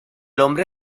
hombre